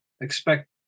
expect